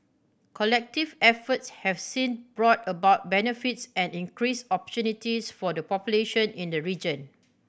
collective efforts have since brought about benefits and increased opportunities for the population in the region